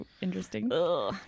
interesting